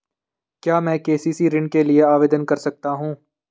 क्या मैं के.सी.सी ऋण के लिए आवेदन कर सकता हूँ?